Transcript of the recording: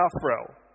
afro